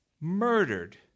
murdered